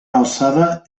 alçada